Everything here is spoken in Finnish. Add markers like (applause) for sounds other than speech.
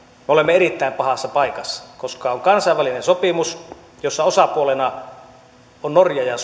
me olemme erittäin pahassa paikassa koska on kansainvälinen sopimus jossa osapuolena ovat norja ja (unintelligible)